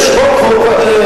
יש חוק גיוס חובה?